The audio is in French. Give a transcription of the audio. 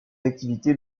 activités